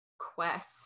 quest